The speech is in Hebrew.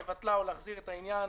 לבטלה או להחזיר את העניין".